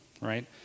right